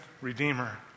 redeemer